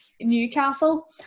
Newcastle